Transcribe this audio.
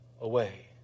away